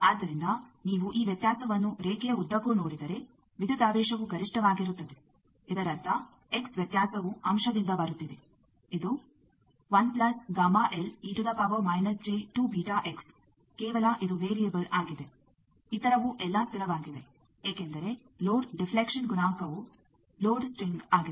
ಆದ್ದರಿಂದ ನೀವು ಈ ವ್ಯತ್ಯಾಸವನ್ನು ರೇಖೆಯ ಉದ್ದಕ್ಕೂ ನೋಡಿದರೆ ವಿದ್ಯುದಾವೇಶವು ಗರಿಷ್ಟವಾಗಿರುತ್ತದೆ ಇದರರ್ಥ ಎಕ್ಸ್ ವ್ಯತ್ಯಾಸವೂ ಅಂಶದಿಂದ ಬರುತ್ತಿದೆ ಇದು ಕೇವಲ ಇದು ವೇರಿಯಬಲ್ ಆಗಿದೆ ಇತರವೂ ಎಲ್ಲಾ ಸ್ಥಿರವಾಗಿವೆ ಏಕೆಂದರೆ ಲೋಡ್ ಡಿಫ್ಲೇಕ್ಷನ್ ಗುಣಾಂಕವು ಲೋಡ್ ಸ್ಟಿಂಗ್ ಆಗಿದೆ